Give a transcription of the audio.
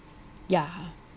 yeah